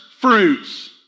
fruits